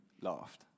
laughed